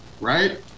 right